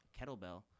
kettlebell